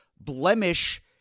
blemish